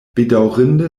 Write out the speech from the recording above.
bedaŭrinde